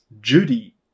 Judy